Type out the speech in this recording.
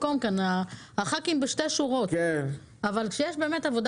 שהח"כים בשתי שורות אבל כשיש עבודה